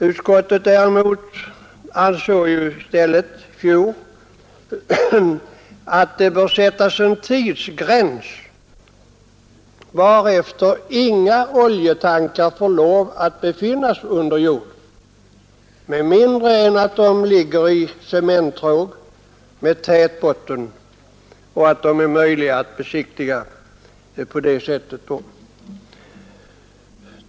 Utskottet däremot ansåg i fjol att det bör sättas en tidsgräns efter vilken inga oljetankar får finnas under jord med mindre än att de ligger i cementtråg med vattentät botten och är möjliga att besiktiga.